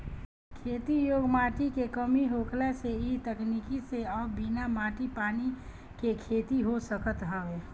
खेती योग्य माटी के कमी होखला से इ तकनीकी से अब बिना माटी पानी के खेती हो सकत हवे